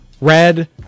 Red